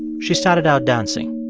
she started out dancing.